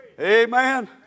Amen